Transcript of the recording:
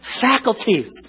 faculties